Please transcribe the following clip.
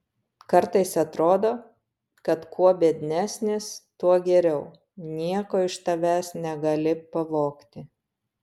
kartais atrodo kad kuo biednesnis tuo geriau nieko iš tavęs negali pavogti